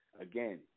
again